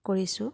কৰিছোঁ